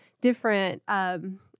different